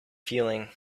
feeling